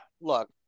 look